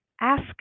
Ask